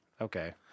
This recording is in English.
okay